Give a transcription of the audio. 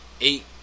eight